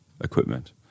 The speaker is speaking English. equipment